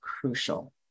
crucial